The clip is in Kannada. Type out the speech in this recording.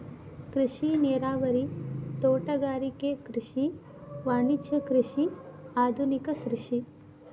ಕೃಷಿ ನೇರಾವರಿ, ತೋಟಗಾರಿಕೆ ಕೃಷಿ, ವಾಣಿಜ್ಯ ಕೃಷಿ, ಆದುನಿಕ ಕೃಷಿ